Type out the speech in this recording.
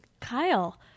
Kyle